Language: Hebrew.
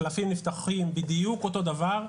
הקלפים נפתחים בדיוק אותו דבר,